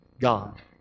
God